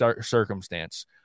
circumstance